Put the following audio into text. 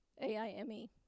A-I-M-E